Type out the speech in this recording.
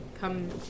come